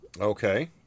Okay